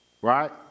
right